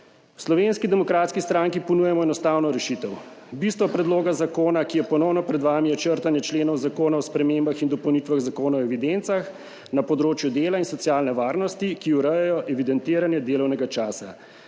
V Slovenski demokratski stranki ponujamo enostavno rešitev. Bistvo predloga zakona, ki je ponovno pred vami, je črtanje členov Zakona o spremembah in dopolnitvah Zakona o evidencah na področju dela in socialne varnosti, ki urejajo evidentiranje delovnega časa.